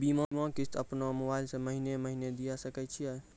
बीमा किस्त अपनो मोबाइल से महीने महीने दिए सकय छियै?